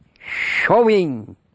showing